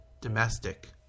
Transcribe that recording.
domestic